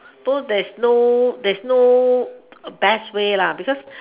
so there is no there is no best way lah because